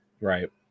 right